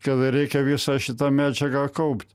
kada reikia visą šitą medžiagą kaupt